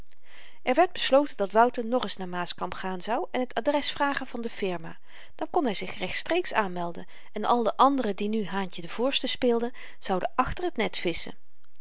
er werd besloten dat wouter nogeens naar maaskamp gaan zou en t adres vragen van de firma dan kon hy zich rechtstreeks aanmelden en al de anderen die nu haantje de voorste speelden zouden achter t net visschen